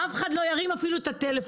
אף אחד לא ירים אפילו את הטלפון.